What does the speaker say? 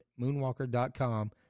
moonwalker.com